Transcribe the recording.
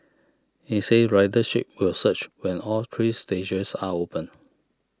he said ridership will surge when all three stages are open